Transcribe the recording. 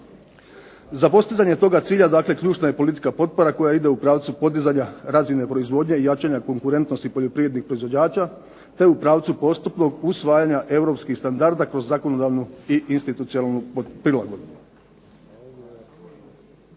Za dostizanje toga cilja ključna politika potpora koja ide u pravcu podizanja razine proizvodnje i jačanja konkurentnosti poljoprivrednih proizvođača, te u pravcu postupnog usvajanja Europskih standarda kroz zakonodavnu i institucionalnu prilagodbu.